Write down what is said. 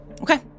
Okay